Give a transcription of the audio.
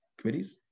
Committees